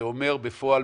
זה אומר בפועל,